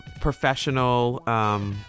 professional